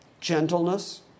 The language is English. Gentleness